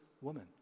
woman